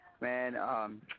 man